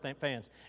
fans